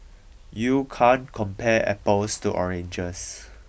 you can't compare apples to oranges